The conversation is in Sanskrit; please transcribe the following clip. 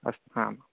अस्तु हां